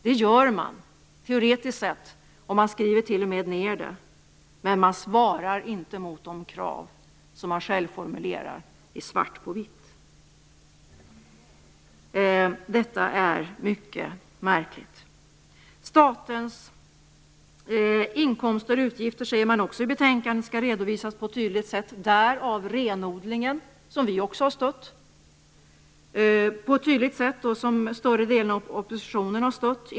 Det gör man, teoretiskt sett, och man skriver t.o.m. ned det, men man svarar inte mot de krav som man själv formulerar i svart på vitt. Detta är mycket märkligt. Statens inkomster och utgifter säger man också i betänkandet skall redovisas på ett tydligt sätt. Därav den renodling inom trygghetssystemen som vi också har stött på ett tydligt sätt och som större delen av oppositionen har stött.